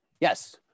Yes